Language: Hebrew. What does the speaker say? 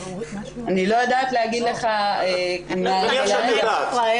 אני לא יודעת להגיד לך --- אני מניח שאת יודעת.